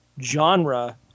genre